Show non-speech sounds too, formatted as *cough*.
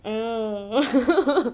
hmm *laughs*